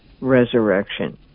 resurrection